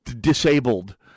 disabled